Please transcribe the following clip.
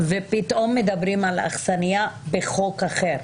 ופתאום מדברים על אכסניה בחוק אחר,